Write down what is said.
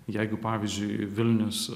jeigu pavyzdžiui vilnius